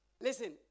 Listen